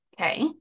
okay